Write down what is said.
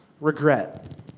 Regret